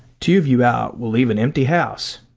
two of you out will leave an empty house.